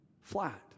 flat